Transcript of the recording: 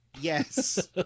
yes